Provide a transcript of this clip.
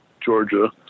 Georgia